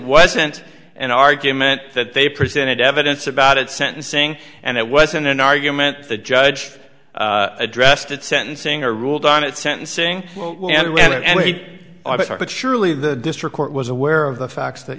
wasn't an argument that they presented evidence about at sentencing and it wasn't an argument the judge addressed at sentencing or ruled on at sentencing date but surely the district court was aware of the facts that